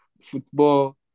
football